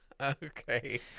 okay